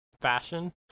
fashion